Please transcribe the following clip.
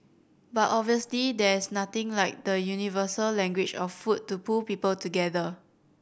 but obviously there is nothing like the universal language of food to pull people together